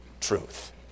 truth